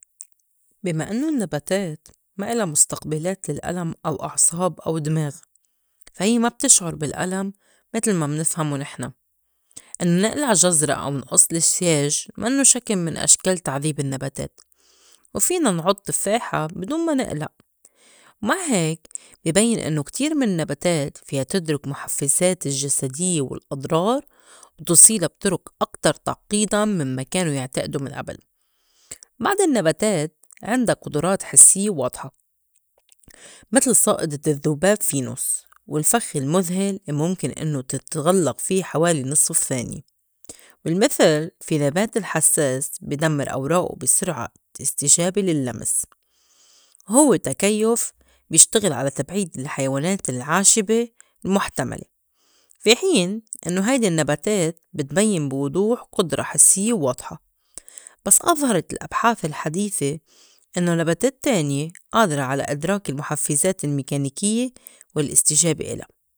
بي ما إنّو النّباتات ما إلا مُستقبِلات للألم أو أعصاب أو دماغ فا هيّ ما بتِشْعُر بالألم متل ما منفهمو نِحْن إنّو نقلع جزرة او نقص السياج مَنّو شكل من أشكال تعذيب النّباتات وفينا نعُض تفّاحة بي دون ما نـقلق، ومع هيك بي بيّن إنّو كتير من النّباتات فيا تُدْرِك مُحفّزات الجسديّة والأضرار وتوصيلا بطُرُق أكتر تعقيداً من ما كان يعتأدو من قبل. بعض النّباتات عِنْدا قُدُرات حسيّة واضحة متِل صائدة الذّباب فينوس والفخ المُذهِل لي مُمكن إنّو تت- تتغلف في حوالي النّصف الثّانية، وبالمثل في نبات الحسّاس بي دمّر أوراقه بي سرعة استجابة للّمس وهوّ تكيُّف بيشتغل على تبعيد الحيوانات العاشِبة المُحْتملة في حين إنّو هيدي النّباتات بتبيّن بي وضوح قُدرة حسيّة واضحة. بس أظهرت الأبحاث الحديثة إنّو نباتات تانية قادرة على إدراك المحفّزات الميكانيكيّة والأستجابة إلا.